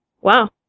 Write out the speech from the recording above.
Wow